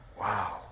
Wow